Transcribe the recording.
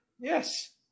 Yes